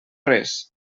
res